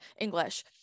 English